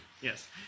Yes